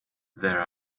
there